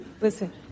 listen